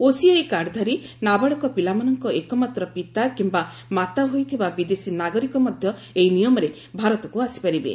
OCI କାର୍ଡଧାରୀ ନାବାଳକ ପିଲାମାନଙ୍କ ଏକମାତ୍ର ପିତା କିୟା ମାତା ହୋଇଥିବା ବିଦେଶୀ ନାଗରିକ ମଧ୍ୟ ଏହି ନିୟମରେ ଭାରତକୁ ଆସିପାରିବେ